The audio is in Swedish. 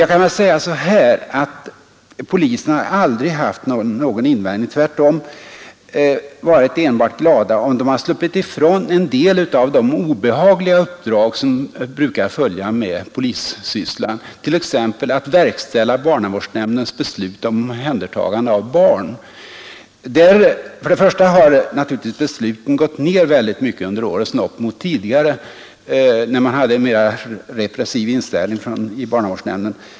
Jag kan säga att poliserna har aldrig haft några invändningar utan tvärtom enbart varit glada om de sluppit ifrån en del av de obehagliga uppdrag som brukar följa med polissysslan, t.ex. att verkställa barnavårdsnämndens beslut om omhändertagande av barn. För det första har naturligtvis antalet sådana beslut gått ner väldigt mycket under årens lopp — tidigare, för mycket länge sedan, hade man ju en mera repressiv inställning i barnavårdsnämnden.